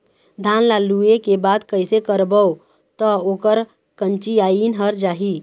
धान ला लुए के बाद कइसे करबो त ओकर कंचीयायिन हर जाही?